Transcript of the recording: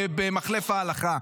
במחלף ההלכה,